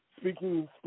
Speaking